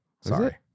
Sorry